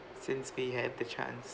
since we have the chance